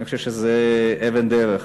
אני חושב שזו אבן דרך,